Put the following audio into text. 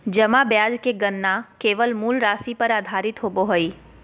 जमा ब्याज के गणना केवल मूल राशि पर आधारित होबो हइ